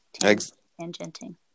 tangenting